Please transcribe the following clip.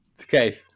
Okay